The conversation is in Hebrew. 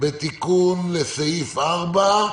בתיקון לסעיף 4,